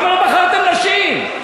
למה לא בחרתם נשים?